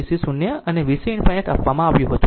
પ્રારંભિક મૂલ્ય VC 0 અને VC ∞ આપવામાં આવ્યું હતું